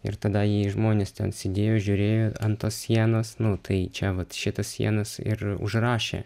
ir tada jie žmonės ten sėdėjo žiūrėjo ant tos sienos nu tai čia vat šitas sienas ir užrašė